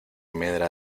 medra